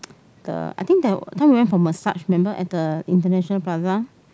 the I think that time we went for massage remember at the International Plaza